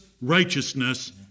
righteousness